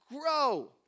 grow